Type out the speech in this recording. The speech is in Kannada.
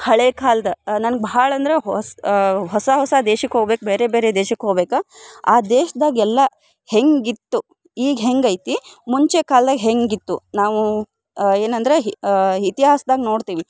ಹಳೆಯ ಕಾಲದ ನನ್ಗೆ ಭಾಳ ಅಂದ್ರೆ ಹೊಸ ಹೊಸ ಹೊಸ ದೇಶಕ್ಕೆ ಹೋಗ್ಬೇಕು ಬೇರೆ ಬೇರೆ ದೇಶಕ್ಕೆ ಹೋಗ್ಬೇಕು ಆ ದೇಶ್ದಾಗ ಎಲ್ಲ ಹೆಂಗೆ ಇತ್ತು ಈಗ ಹೆಂಗೈತಿ ಮುಂಚೆ ಕಾಲ್ದಾಗ ಹೇಗಿತ್ತು ನಾವೂ ಏನಂದ್ರೆ ಹಿ ಇತಿಹಾಸ್ದಾಗ ನೋಡ್ತೀವಿ